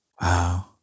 Wow